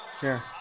Sure